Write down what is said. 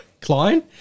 Klein